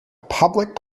public